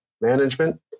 management